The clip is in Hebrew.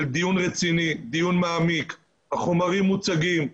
של דיון רציני, דיון מעמיק, החומרים מוצגים,